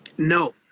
no